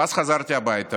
ואז חזרתי הביתה